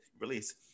release